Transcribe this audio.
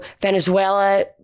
venezuela